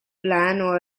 plan